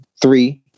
three